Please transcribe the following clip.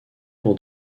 pour